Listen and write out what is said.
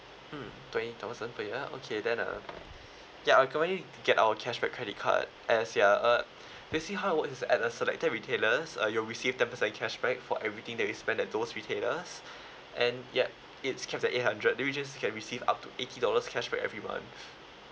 mm twenty thousand per year okay then uh ya I'll recommend you get our cashback credit card as ya uh basically how it work is at a selected retailers uh you'll receive ten percent cashback for everything that you spend at those retailers and yup it's kept at eight hundred that means you just can receive up to eighty dollars cash for every month